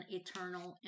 eternal